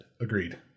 Agreed